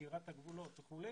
סגירת הגבולות וכו',